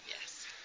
Yes